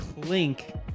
Clink